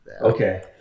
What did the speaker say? Okay